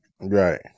Right